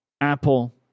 Apple